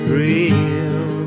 real